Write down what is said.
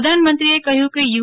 પ્રધાનમંત્રીએ કહયું કે યુ